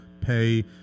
pay